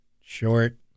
short